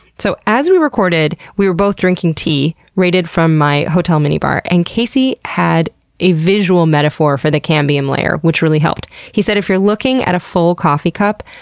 so, as we recorded we were both drinking tea, raided from my hotel minibar, and casey had a visual metaphor for the cambium layer, which really helped. he said, if you're looking a full coffee cup,